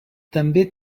també